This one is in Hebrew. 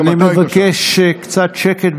אני מבקש קצת שקט,